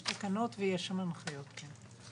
יש תקנות ויש שם הנחיות, כן.